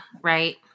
right